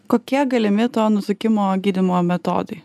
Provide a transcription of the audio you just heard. kokie galimi to nutukimo gydymo metodai